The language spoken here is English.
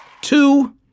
two